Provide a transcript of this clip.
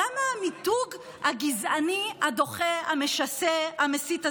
למה המיתוג הגזעני, הדוחה, המשסה, המסית הזה?